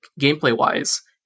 gameplay-wise